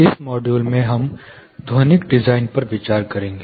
इस मॉड्यूल में हम ध्वनिक डिज़ाइन पर विचार करेंगे